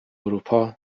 اروپا